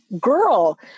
girl